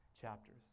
chapters